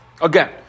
Again